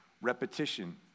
Repetition